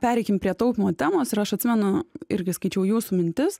pereikim prie taupymo temos ir aš atsimenu irgi skaičiau jūsų mintis